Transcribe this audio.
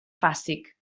fàstic